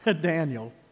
Daniel